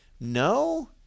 No